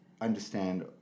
understand